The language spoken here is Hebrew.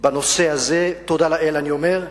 בנושא הזה, תודה לאל, אני אומר,